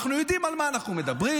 אנחנו יודעים על מה אנחנו מדברים.